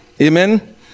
Amen